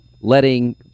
letting